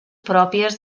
pròpies